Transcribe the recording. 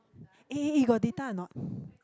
eh eh you got data or not